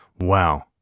Wow